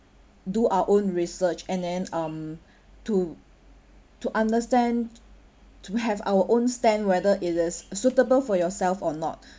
do our own research and then um to to understand t~ to have our own stand whether it is suitable for yourself or not